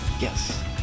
Yes